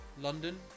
London